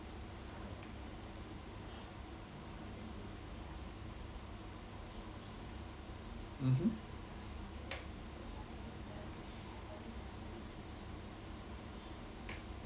mmhmm